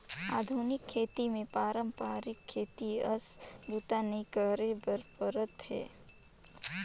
आधुनिक खेती मे पारंपरिक खेती अस बूता नइ करे बर परत हे